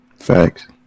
Facts